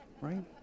right